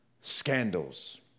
Scandals